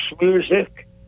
music